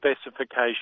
specification